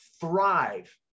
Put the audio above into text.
thrive